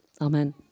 Amen